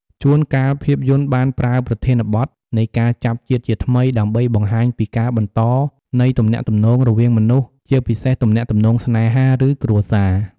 ជួនកាល ភាពយន្តបានប្រើប្រធានបទនៃការចាប់ជាតិជាថ្មីដើម្បីបង្ហាញពីការបន្តនៃទំនាក់ទំនងរវាងមនុស្ស ជាពិសេសទំនាក់ទំនងស្នេហា ឬគ្រួសារ។